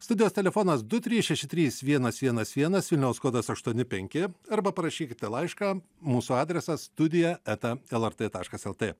studijos telefonas du trys šeši trys vienas vienas vienas vilniaus kodas aštuoni penki arba parašykite laišką mūsų adresas studija eta lrt taškas lt